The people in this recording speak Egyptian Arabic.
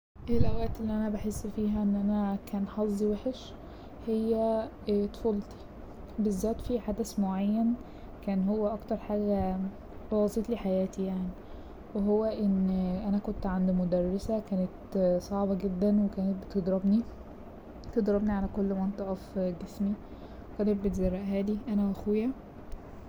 الأوقات اللي أنا بحس فيها إن أنا كان حظي وحش هي طفولتي بالذات في حدث معين كان هو أكتر حاجة بوظتلي حياتي يعني هو إن أنا كنت عند مدرسة كانت صعبة جدا وكانت بتضربني- بتضربني على كل منطقة في جسمي وكانت بتزرقهالي أنا و أخويا.